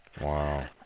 Wow